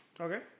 Okay